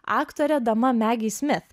aktorė dama megi smif